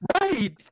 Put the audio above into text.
Right